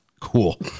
Cool